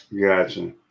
Gotcha